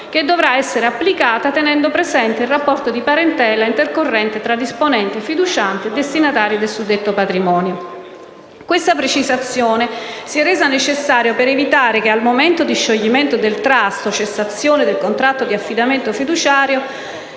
che dovrà essere applicata tenendo presente il rapporto di parentela intercorrente tra disponenti, fiducianti e destinatari del suddetto patrimonio. Questa precisazione si è resa necessaria per evitare che, al momento di scioglimento del *trust* o della cessazione del contratto di affidamento fiduciario,